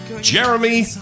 Jeremy